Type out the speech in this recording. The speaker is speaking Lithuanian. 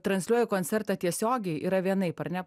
transliuoji koncertą tiesiogiai yra vienaip ar ne